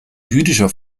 jüdischer